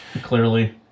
Clearly